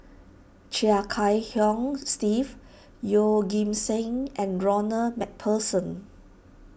Chia Kiah Hong Steve Yeoh Ghim Seng and Ronald MacPherson